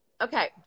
Okay